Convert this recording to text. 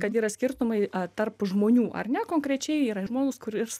kad yra skirtumai tarp žmonių ar ne konkrečiai yra žmogus kuris